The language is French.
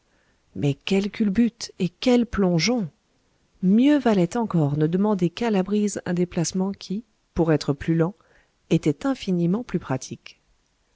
mais quelles culbutes et quels plongeons mieux valait encore ne demander qu'à la brise un déplacement qui pour être plus lent était infiniment plus pratique